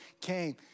came